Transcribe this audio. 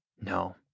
No